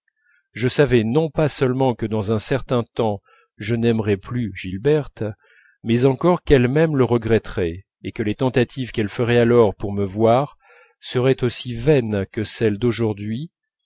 je savais non pas seulement que dans un certain temps je n'aimerais plus gilberte mais encore qu'elle même le regretterait et que les tentatives qu'elle ferait alors pour me voir seraient aussi vaines que celles d'aujourd'hui